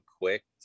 quick